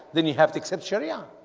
then you have to accept sharia